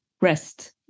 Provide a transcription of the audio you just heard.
rest